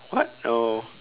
what oh